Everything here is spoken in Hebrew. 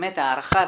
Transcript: באמת הערכה,